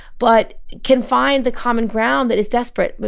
but can find the common ground that is desperate. but